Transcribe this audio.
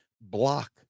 block